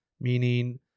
Meaning